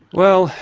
well,